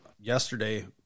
yesterday